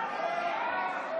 בושה.